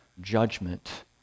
judgment